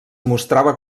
mostrava